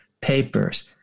papers